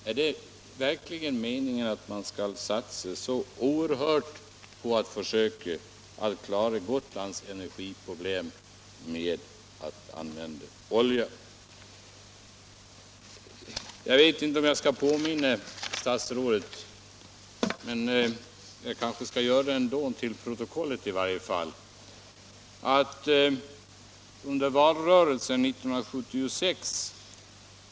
Är det verkligen meningen att man skall satsa så oerhört på att försöka klara Gotlands energiproblem genom att använda olja? Med tanke på protokollet skall jag kanske påminna statsrådet om att många av de nuvarande statsråden var på Gotland under valrörelsen 1976.